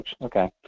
Okay